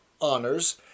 honors